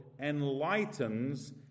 enlightens